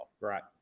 Right